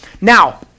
Now